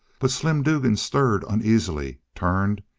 but slim dugan stirred uneasily, turned,